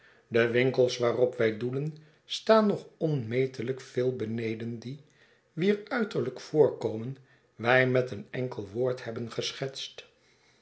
de winkels waarop wij doelen staan nog onmetelijk veel beneden die wier uiterlijk voorkomen wij met een enkel woord hebben geschetst